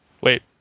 Wait